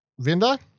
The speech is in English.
Vinda